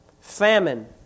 famine